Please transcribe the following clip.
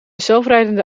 zelfrijdende